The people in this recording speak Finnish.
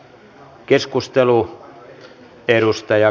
arvoisa puhemies